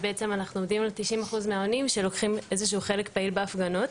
ובעצם אנחנו עומדים על 90% מהעונים שלוקחים איזשהו חלק פעיל בהפגנות,